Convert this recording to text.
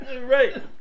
Right